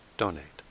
donate